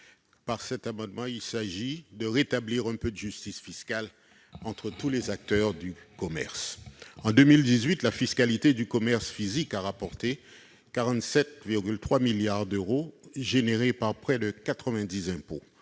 Cet amendement vise à rétablir un peu de justice fiscale entre tous les acteurs du commerce. En 2018, la fiscalité sur le commerce physique a rapporté 47,3 milliards d'euros, générés par près de 90 impôts,